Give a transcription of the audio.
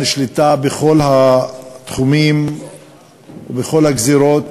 שליטה בכל התחומים ובכל הגזרות.